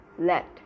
let